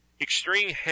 Extreme